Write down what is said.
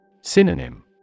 Synonym